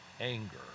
anger